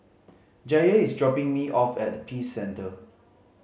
Jair is dropping me off at Peace Centre